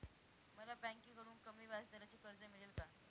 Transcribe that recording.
मला बँकेकडून कमी व्याजदराचे कर्ज मिळेल का?